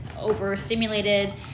overstimulated